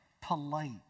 polite